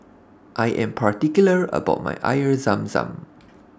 I Am particular about My Air Zam Zam